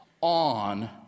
on